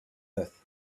earth